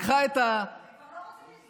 לקחה את, הם כבר לא רוצים לסגור.